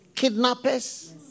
Kidnappers